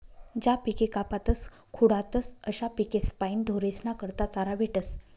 ज्या पिके कापातस खुडातस अशा पिकेस्पाशीन ढोरेस्ना करता चारा भेटस